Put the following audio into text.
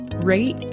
rate